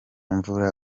mvura